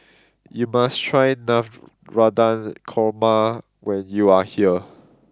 you must try Navratan Korma when you are here